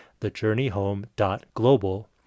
thejourneyhome.global